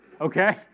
okay